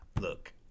look